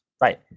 right